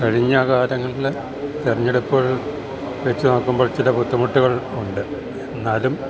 കഴിഞ്ഞ കാലങ്ങളിൽ തെരെഞ്ഞെടുപ്പുകൾ വെച്ച് നോക്കുമ്പോൾ ചില ബുദ്ധിമുട്ടുകൾ ഉണ്ട് എന്നാലും